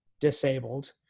disabled